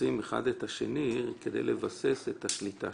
רוצחים אחד את השני כדי לבסס את שליטתם.